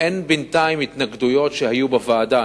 אין בינתיים התנגדויות שהיו בוועדה,